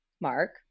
Mark